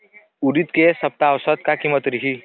उरीद के ए सप्ता औसत का कीमत रिही?